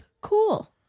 Cool